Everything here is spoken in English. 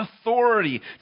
authority